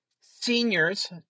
seniors